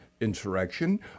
insurrection